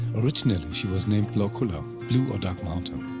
originally, she was named blakulla blue or dark mountain.